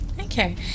Okay